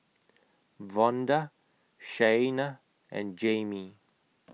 Vonda Shaina and Jayme